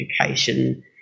education